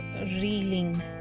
reeling